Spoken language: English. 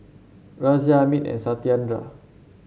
Razia Amit and Satyendra